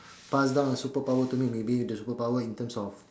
pass down a superpower to me maybe the superpower in terms of